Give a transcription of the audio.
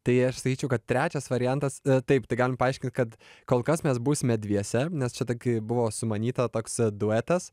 tai aš sakyčiau kad trečias variantas taip tai galim paaiškint kad kol kas mes būsime dviese nes čia kai buvo sumanyta toks duetas